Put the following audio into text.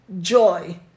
joy